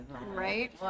right